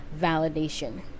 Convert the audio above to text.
validation